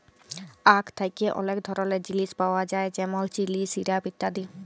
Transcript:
আখ থ্যাকে অলেক ধরলের জিলিস পাওয়া যায় যেমল চিলি, সিরাপ ইত্যাদি